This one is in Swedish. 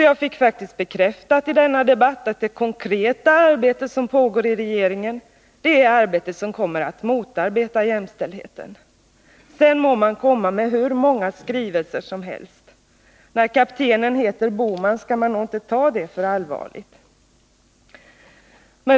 Jag fick alltså i denna debatt bekräftat att det konkreta arbete som pågår i regeringen är arbete som kommer att motarbeta jämställdheten — sedan må man komma med hur många skrivelser som helst. När kaptenen heter Bohman skall man nog inte ta det för allvarligt.